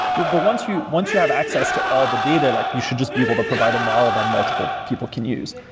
but but once you once you have access to all the data, like you should just be able to provide a model that multiple people can use.